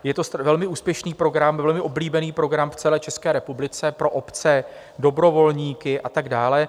Je to velmi úspěšný program, velmi oblíbený program v celé České republice pro obce, dobrovolníky a tak dále.